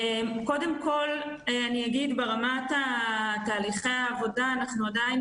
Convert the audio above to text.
קודם כל ברמת תהליכי העבודה אנחנו עדיין